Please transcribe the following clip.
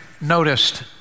noticed